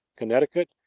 connecticut,